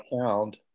found